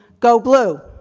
go blue.